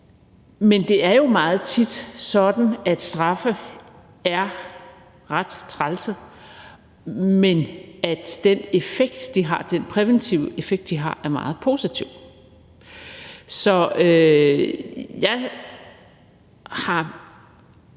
Men det er jo meget tit sådan, at straffe er ret trælse, men at den præventive effekt, de har, er meget positiv. Så jeg tror